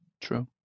True